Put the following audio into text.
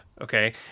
Okay